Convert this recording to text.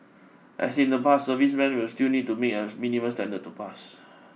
as in the past servicemen will still need to meet as minimum standard to pass